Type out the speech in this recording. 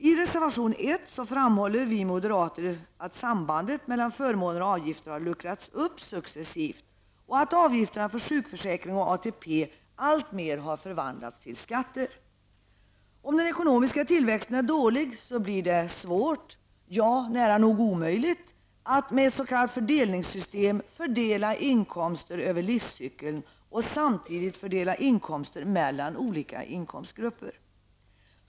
I reservation 1 framhåller vi moderater att sambandet mellan förmåner och avgifter har luckrats upp successivt och att avgifterna för sjukförsäkring och ATP alltmer har förvandlats till skatter. Om den ekonomiska tillväxten är dålig blir det svårt, ja nära nog omöjligt, att med ett s.k. fördelningssystem fördela inkomster över livscykeln och samtidigt fördela inkomster mellan olika inkomstgrupper.